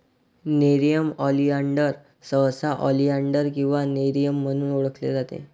nerium oleander सहसा oleander किंवा Nerium म्हणून ओळखले जाते